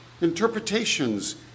interpretations